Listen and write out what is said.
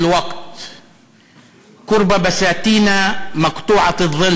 דיברתי על אחד השירים המאוד-מוכרים של מחמוד דרוויש,